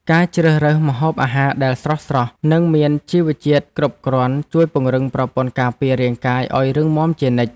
ការជ្រើសរើសម្ហូបអាហារដែលស្រស់ៗ និងមានជីវជាតិគ្រប់គ្រាន់ជួយពង្រឹងប្រព័ន្ធការពាររាងកាយឱ្យរឹងមាំជានិច្ច។